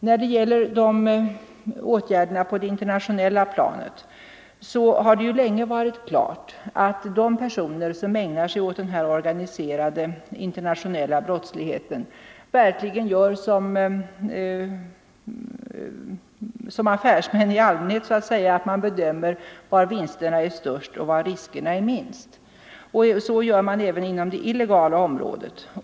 När det gäller åtgärderna på det internationella planet har det ju länge varit klart att de personer som ägnar sig åt organiserad internationell brottslighet verkligen gör som affärsmän i allmänhet: bedömer var vinsterna är störst och var riskerna är minst. Så gör man även inom det illegala området.